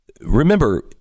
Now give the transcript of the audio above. Remember